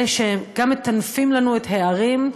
אלה שגם מטנפים לנו את הערים,